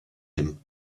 him